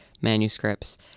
manuscripts